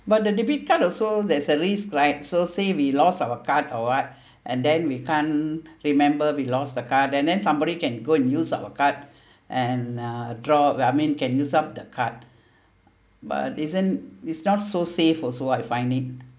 but the debit card also there's salaries right so say we lost our card or what and then we can't remember we lost the card and then somebody can go and use our card and uh draw I mean can use up the card but isn't it's not so safe also I find it